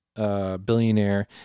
Billionaire